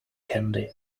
candy